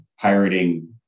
pirating